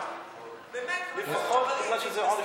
מוותר.